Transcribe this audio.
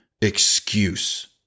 excuse